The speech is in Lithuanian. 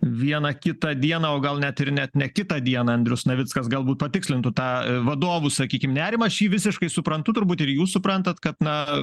vieną kitą dieną o gal net ir net ne kitą dieną andrius navickas galbūt patikslintų tą vadovų sakykim nerimą aš jį visiškai suprantu turbūt ir jūs suprantat kad na